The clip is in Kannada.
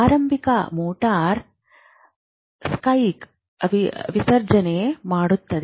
ಆರಂಭಿಕ ಮೋಟಾರ್ ಸ್ಪೈಕ್ ವಿಸರ್ಜನೆ ಮಾಡುತದೆ